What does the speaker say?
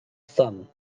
thumb